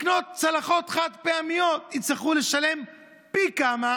לקנות צלחות חד-פעמיות, יצטרכו לשלם פי כמה,